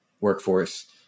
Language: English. workforce